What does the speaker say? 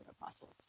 apostles